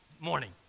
morning